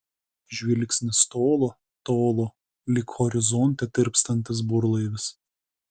žvilgsnis tolo tolo lyg horizonte tirpstantis burlaivis